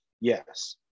Yes